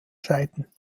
scheiden